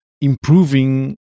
improving